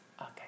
Okay